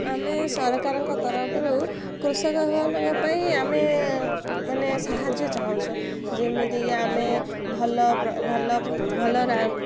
ଆମେ ସରକାରଙ୍କ ତରଫରୁ କୃଷକ ଭାଇମାନଙ୍କ ପାଇଁ ଆମେ ମାନେ ସାହାଯ୍ୟ ଚାହୁଁଛୁ ଯେମିତିକି ଆମେ ଭଲ ଭଲ ଭଲ